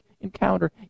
encounter